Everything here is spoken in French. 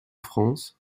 france